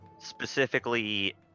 specifically